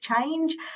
change